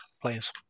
players